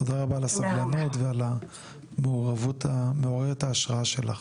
תודה רבה על הסבלנות ועל המעורבות המעוררת ההשראה שלך.